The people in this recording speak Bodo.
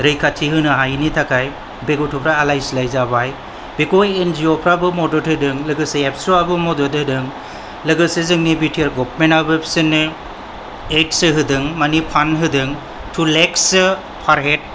रैखाथि होनो हायैनि थाखाय बे गथ'फ्रा आलाय सिलाय जाबाय बेखौ एन जि अफ्राबो मदद होदों लोगोसे एबसुवाबो मदद होदों लोगोसे जोंनि बि टि आर गवार्नमेन्टाबो बिसोरनो ऐडस होदों मानि फान्ड होदों टु लाखस सो पार हेड